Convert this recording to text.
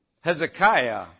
Hezekiah